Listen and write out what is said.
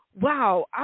wow